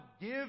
give